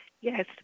Yes